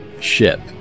ship